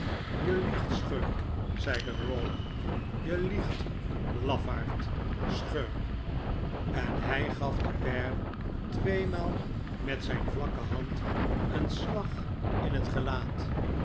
je liegt schurk zeide rawdon je liegt lafaard schurk en hij gaf den pair tweemaal met zijn vlakke hand een slag in het gelaat